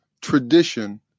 tradition